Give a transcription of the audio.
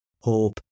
hope